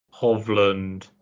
hovland